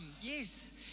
yes